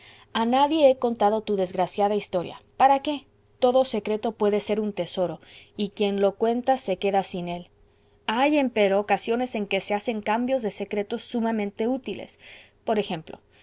a nadie he contado tu desgraciada historia para qué todo secreto puede ser un tesoro y quien lo cuenta se queda sin él hay empero ocasiones en que se hacen cambios de secretos sumamente útiles por ejemplo